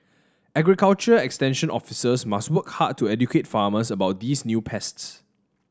agriculture extension officers must work hard to educate farmers about these new pests